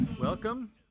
Welcome